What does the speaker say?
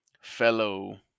fellow